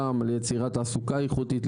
גם ליצירת תעסוקה איכותית,